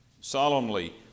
Solemnly